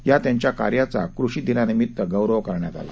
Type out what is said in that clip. या त्यांच्या कार्याचा कृषि दिनानिमित गौरव करण्यात आला